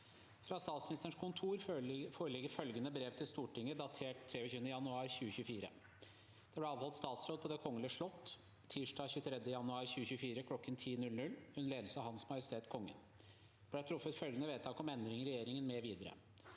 Fra Statsministerens kontor foreligger følgende brev til Stortinget, datert 23. januar 2024: «Det ble avholdt statsråd på Det kongelige slott tirsdag 23. januar 2024 kl. 10.00 under ledelse av Hans Majestet Kongen. Det ble truffet følgende vedtak om endringer i regjeringen mv.: